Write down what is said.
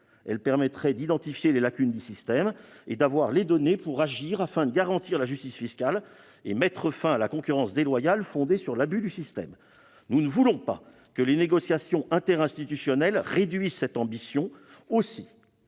Elle permettrait d'identifier les lacunes du système et d'avoir les données pour agir afin de garantir la justice fiscale et mettre fin à la concurrence déloyale fondée sur l'abus du système. Nous ne voulons pas que les négociations interinstitutionnelles réduisent cette ambition. Aussi,